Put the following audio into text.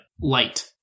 light